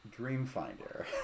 Dreamfinder